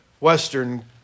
Western